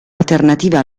alternativa